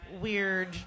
weird